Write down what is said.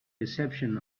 reception